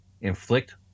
Inflict